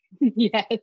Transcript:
Yes